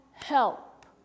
Help